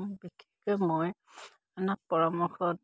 বিশেষকৈ মই